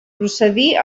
procedir